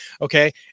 Okay